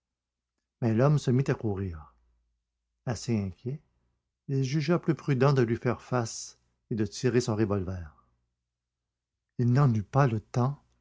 mais l'homme se mit à courir assez inquiet il jugea plus prudent de lui faire face et de tirer son revolver de sa poche il n'en eut pas le temps